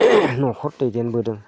न'खर दैदेनबोदों